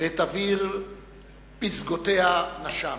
ואת אוויר פסגותיה נשם.